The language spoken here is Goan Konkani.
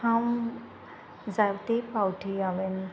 हांव जायते फावठी हांवें